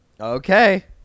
okay